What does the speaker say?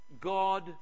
God